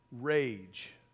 rage